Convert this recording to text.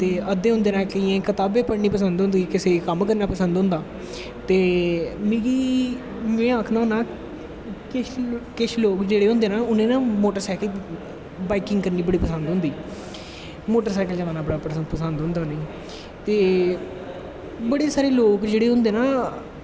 ते अध्दे होंदे नै उनेंगी कताबां पढ़ना पसंद होंदियां नै ते कम्म करना पसंद होंदा ते मिगी में आखनां होनां किश लोग जेह्ड़े होंदे ना उनेंगी मोटरसैकल बाईकिंग करनी बड़ी पसंद होंदी मोटरसैकल चलाना बड़ा पसंद होंदा उनेंगी ते बड़े सारे लोग जेह्ड़ें होंदा ना